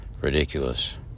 ridiculous